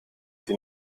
sie